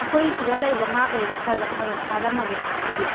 ꯑꯩꯈꯣꯏ ꯁꯤꯗ ꯂꯩꯕ ꯉꯩꯒꯩꯁꯦ ꯈꯔ ꯈꯔ ꯐꯥꯔꯝꯃꯒꯦ ꯑꯗꯨꯗꯤ